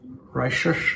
righteous